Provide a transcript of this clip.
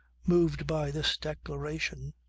moved by this declaration,